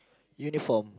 uniform